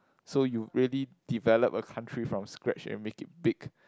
so you really develop a country from scratch and make it big